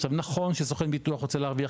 עכשיו נכון שסוכן ביטוח רוצה להרוויח